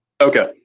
Okay